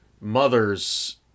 Mothers